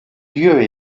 lieu